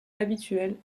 habituelle